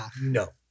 No